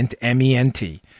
M-E-N-T